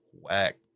whack